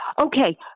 Okay